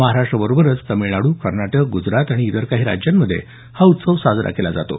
महाराष्ट्राबरोबरच तामिळनाड्र कर्नाटक ग्रजरात आणि इतर काही राज्यांमधे हा उत्सव साजरा केला जातो